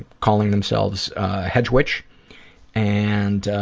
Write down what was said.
calling themselves hedgewitch and